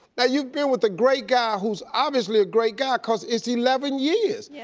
now, you've been with a great guy, who's obviously a great guy cause it's eleven years. yes.